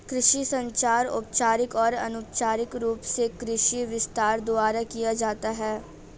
कृषि संचार औपचारिक और अनौपचारिक रूप से कृषि विस्तार द्वारा किया जाता है